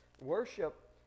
worship